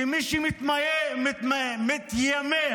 שמי שמתיימר